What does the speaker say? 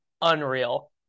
unreal